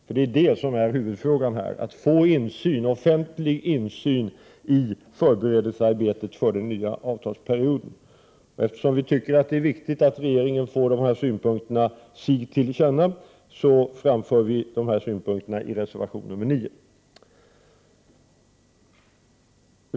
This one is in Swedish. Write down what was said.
Huvudfrågan är nämligen att man skall få offentlig insyn i förberedelsearbetet för den nya avtalsperioden. Eftersom vi anser att det är viktigt att regeringen får dessa synpunkter sig till känna framför vi detta i reservation 9.